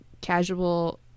casual